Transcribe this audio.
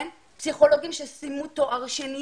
פסיכולוגים שסיימו תואר שני